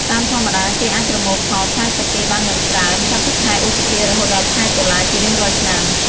តាមធម្មតា គេអាចប្រមូលផលផ្លែសាកេបានយ៉ាងច្រើនចាប់ពីខែឧសភា រហូតដល់ខែតុលាជារៀងរាល់ឆ្នាំ។